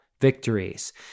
victories